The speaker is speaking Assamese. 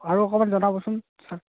আৰু অকণমান জনাবচোন ছাৰ